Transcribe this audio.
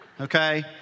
Okay